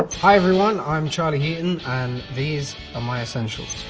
hi everyone i'm charlie heaton and these are my essentials.